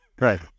Right